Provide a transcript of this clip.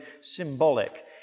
symbolic